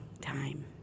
time